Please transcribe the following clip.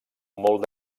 molt